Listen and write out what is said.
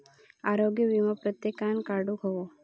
आरोग्य वीमो प्रत्येकान काढुक हवो